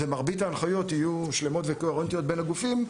ומרבית ההנחיות יהיו שלמות וקוהרנטיות בין הגופים,